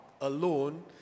alone